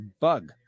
bug